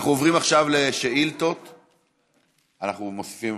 אנחנו מוסיפים,